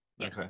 okay